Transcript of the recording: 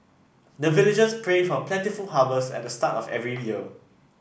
the villagers pray for plentiful harvest at the start of every year